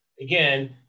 Again